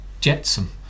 jetsam